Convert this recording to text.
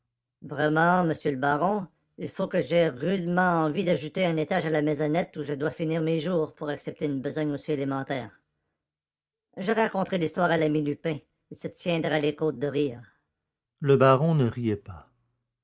vraiment monsieur le baron il faut que j'aie rudement envie d'ajouter un étage à la maisonnette où je dois finir mes jours pour accepter une besogne aussi élémentaire je raconterai l'histoire à l'ami lupin il se tiendra les côtes de rire le baron ne riait pas